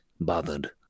bothered